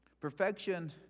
Perfection